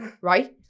right